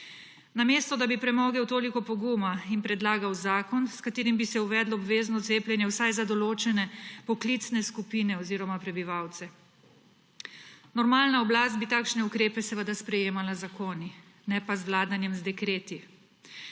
namesto da bi premogel toliko poguma in predlagal zakon, s katerim bi se uvedlo obvezno cepljenje vsaj za določene poklicne skupine oziroma prebivalce. Normalna oblast bi takšne ukrepe seveda sprejemala z zakoni, ne pa z vladanjem z dekreti.